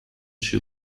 she